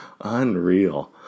Unreal